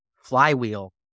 flywheel